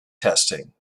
testing